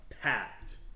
packed